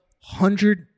hundred